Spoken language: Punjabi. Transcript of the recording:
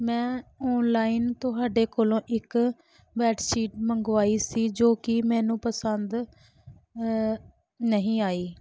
ਮੈਂ ਔਨਲਾਈਨ ਤੁਹਾਡੇ ਕੋਲੋਂ ਇੱਕ ਬੈਡਸ਼ੀਟ ਮੰਗਵਾਈ ਸੀ ਜੋ ਕਿ ਮੈਨੂੰ ਪਸੰਦ ਨਹੀਂ ਆਈ